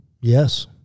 Yes